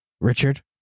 Richard